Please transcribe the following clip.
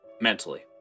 mentally